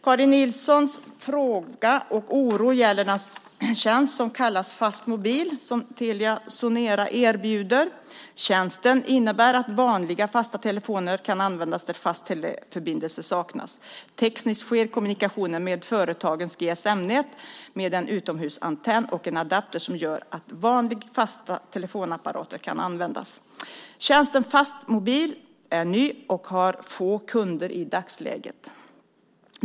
Karin Nilssons fråga och oro gäller den tjänst som kallas Fastmobil som Telia Sonera erbjuder. Tjänsten innebär att vanliga fasta telefoner kan användas där fast teleförbindelse saknas. Tekniskt sker kommunikationen med företagets GSM-nät med en utomhusantenn och en adapter som gör att vanliga fasta telefonapparater kan användas. Tjänsten Fastmobil är ny och har få kunder i dagsläget.